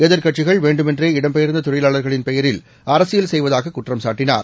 எதிர்க்கட்சிகள் வேண்டுமென்றே இடம்பெயர்ந்த தொழிலாளர்களின் பெயரில் அரசியல் செய்வதாக குற்றம் சாட்டினார்